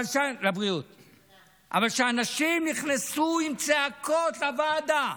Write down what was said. אבל כשאנשים נכנסו בצעקות לוועדה,